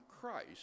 Christ